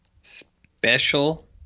special